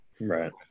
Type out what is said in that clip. Right